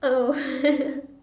oh oh